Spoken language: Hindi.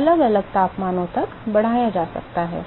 अलग अलग तापमानों तक बढ़ाया जा सकता है